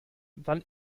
wann